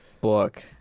book